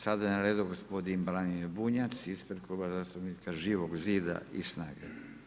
Sada je na redu gospodin Branimir Bunjac ispred Kluba zastupnika Živog zida i SNAGA-e.